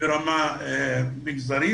ברמה מגזרית.